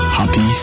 Happy